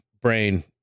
brain